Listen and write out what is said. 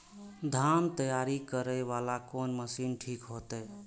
धान तैयारी करे वाला कोन मशीन ठीक होते?